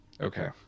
Okay